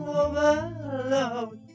overload